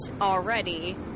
already